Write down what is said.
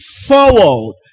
forward